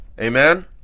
Amen